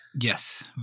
Yes